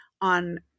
on